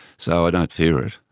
so i don't fear it.